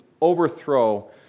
overthrow